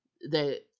that-